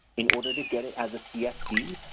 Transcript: in order to get it as a csv,